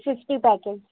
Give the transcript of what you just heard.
fifty packet